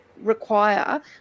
require